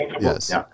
Yes